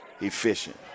efficient